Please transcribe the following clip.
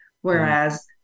whereas